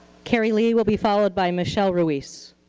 carrie lee will be followed by michelle ruiz.